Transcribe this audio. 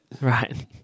Right